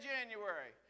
January